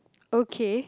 okay